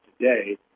today